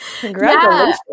Congratulations